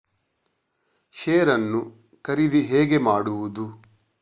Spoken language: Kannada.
ಶೇರ್ ನ್ನು ಖರೀದಿ ಹೇಗೆ ಮಾಡುವುದು?